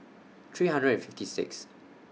three hundred fifty six